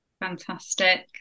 Fantastic